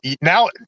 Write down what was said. now